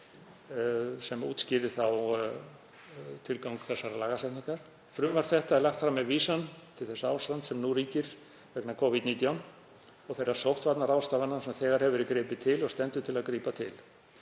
sem útskýra þá tilgang þessarar lagasetningar. Frumvarp þetta er lagt fram með vísan til þess ástands sem nú ríkir vegna Covid-19 og þeirra sóttvarnaráðstafana sem þegar hefur verið gripið til og til stendur að grípa til.